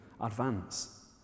advance